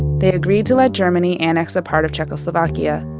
they agreed to let germany annex a part of czechoslovakia.